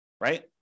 right